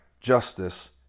justice